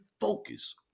focus